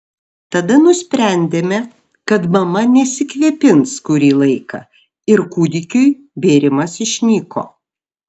tada nusprendėme kad mama nesikvėpins kurį laiką ir kūdikiui bėrimas išnyko